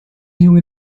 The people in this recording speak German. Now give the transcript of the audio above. junge